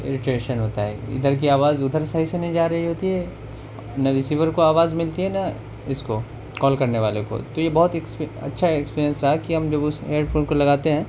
irritation ہوتا ہے ادھر کی آواز ادھر صحیح سے نہیں جا رہی ہوتی ہے نہ ریسیور کو آواز ملتی ہے نہ اس کو کال کرنے والے کو تو یہ بہت اکسپی اچھا ایکسپیریئنس رہا کہ جب ہم اس ایئرفون کو لگاتے ہیں